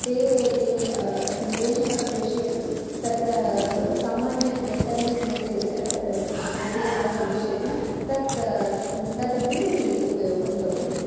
ते ये सन्देशं प्रेषयन्ति तत्र सामान्यम् एस् एम् एस् मेसेज्मध्ये आगमिष्यति तत् तदपि उपयोगं करोमि